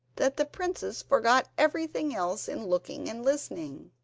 that the princess forgot everything else in looking and listening,